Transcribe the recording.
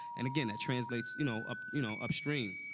and again, that translates, you know, up you know, upstream.